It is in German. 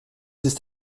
ist